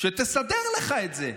שתסדר לך את זה?